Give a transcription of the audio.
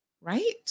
Right